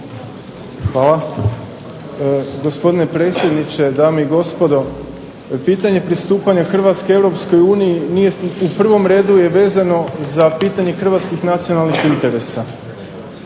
Hvala, gospodine predsjedniče, dame i gospodo. Pitanje pristupanja Hrvatske Europskoj uniji u prvom redu je vezano za Hrvatskih nacionalnih interesa.